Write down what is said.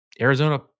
Arizona